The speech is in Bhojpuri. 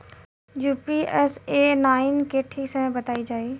पी.यू.एस.ए नाइन के ठीक समय बताई जाई?